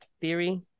theory